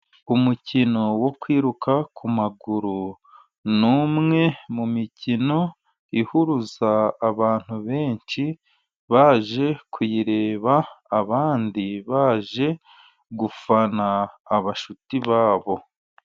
Umukino wo kwiruka ku maguru ni umwe mu mikino ihuruza abantu benshi baje kuwureba, abandi baje gufana abashuti babo.